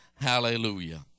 hallelujah